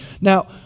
Now